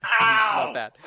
Ow